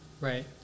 Right